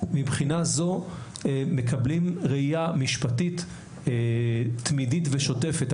מבחינה זו הדברים מקבלים ראייה משפטית תמידית ושוטפת.